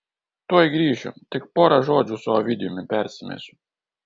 tuoj grįšiu tik pora žodžių su ovidijumi persimesiu